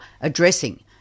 Addressing